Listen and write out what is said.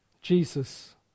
Jesus